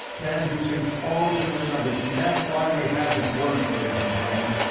to have these things always in remembrance, and that's why we have his words, ladies and gentlemen.